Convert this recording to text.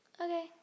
Okay